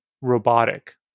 robotic